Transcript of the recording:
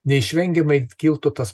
neišvengiamai kiltų tas